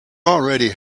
already